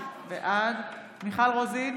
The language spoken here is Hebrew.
בעד מיכל רוזין,